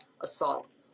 assault